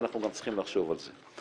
אנחנו צריכים גם לחשוב על זה.